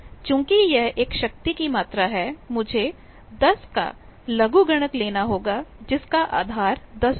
चूंकि यह एक शक्ति की मात्रा है मुझे 10 का लघुगणक लेना होगा जिसका आधार 10 होगा